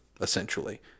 essentially